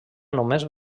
només